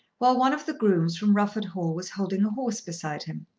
while one of the grooms from rufford hall was holding a horse beside him.